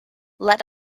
let